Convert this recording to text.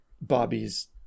bobby's